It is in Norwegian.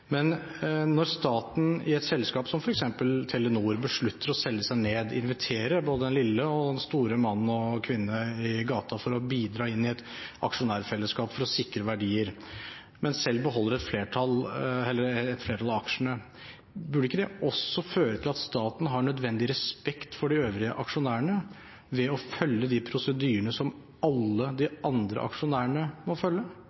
Når staten i et selskap, som f.eks. Telenor, beslutter å selge seg ned og inviterer både den lille og den store mann og kvinne i gata for å bidra inn i et aksjonærfellesskap for å sikre verdier, men selv beholder et flertall av aksjene, burde ikke det også føre til at staten har den nødvendige respekt for de øvrige aksjonærene ved å følge de prosedyrene som alle de andre aksjonærene må følge?